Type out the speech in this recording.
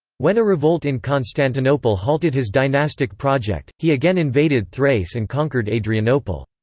when a revolt in constantinople halted his dynastic project, he again invaded thrace and conquered adrianople.